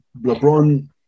LeBron